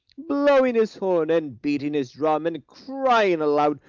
blowing his horn, and beating his drum, and crying aloud,